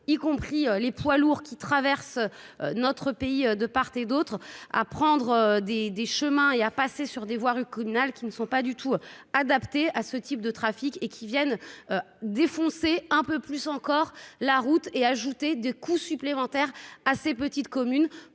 y compris les poids lourds qui traversent notre pays de part et d'autre, à prendre des des chemins et à passer sur des voies Hucknall qui ne sont pas du tout adapté à ce type de trafic et qui viennent défoncer un peu plus encore la route et ajouté de coûts supplémentaires à ces petites communes